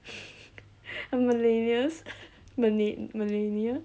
a millennials mille~ millennial